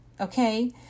Okay